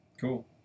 Cool